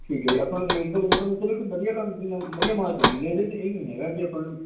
ਠੀਕ ਹੈ ਜੀ ਆਪਾਂ ਇੱਕ ਵਧੀਆ ਕੰਮ ਵਧੀਆ ਮਾਲ ਦਿਆਂਗੇ ਇਹਦੇ 'ਤੇ ਇਹ ਨਹੀਂ ਹੈਗਾ ਕਿ ਆਪਾਂ ਨੂੰ